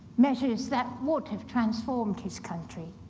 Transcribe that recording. measures that would have transformed his country.